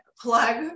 plug